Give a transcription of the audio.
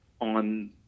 on